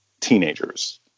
teenagers